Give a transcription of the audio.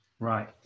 Right